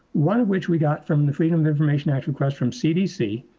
one of which we got from the freedom of information act request from cdc,